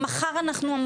מחר אנחנו,